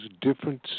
different